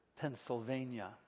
Pennsylvania